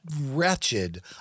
wretched